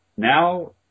Now